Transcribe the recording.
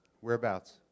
whereabouts